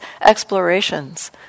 explorations